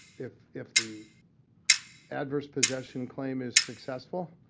if if the adverse possession claim is successful,